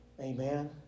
Amen